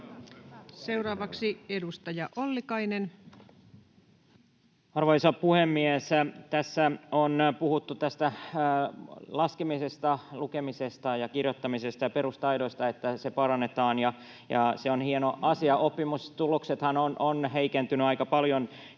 Seuraavaksi edustaja Ollikainen. Arvoisa puhemies! Tässä on puhuttu tästä laskemisesta, lukemisesta ja kirjoittamisesta ja perustaidoista, että sitä parannetaan. Se on hieno asia. Oppimistuloksethan ovat heikentyneet aika paljon koko